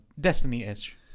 Destiny-ish